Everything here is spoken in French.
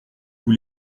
vous